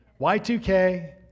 Y2K